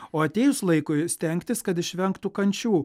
o atėjus laikui stengtis kad išvengtų kančių